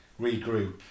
regroup